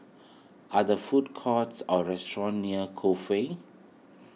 are there food courts or restaurants near Cove Way